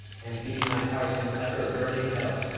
and be my heart an ever-burning hell!